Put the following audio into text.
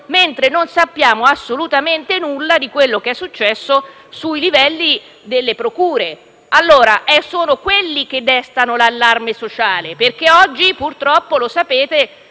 mentre non sappiamo assolutamente nulla di quello che è successo a livello di procure. Ma sono quelli i dati che destano l'allarme sociale perché oggi, purtroppo lo sapete,